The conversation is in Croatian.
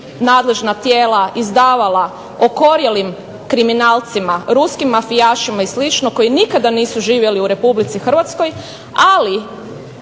nadležna tijela izdavala okorjelim kriminalcima, ruskim mafijašima i slično koji nikada nisu živjeli u Republici Hrvatskoj ali